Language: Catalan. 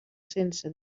sense